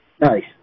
Nice